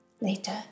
Later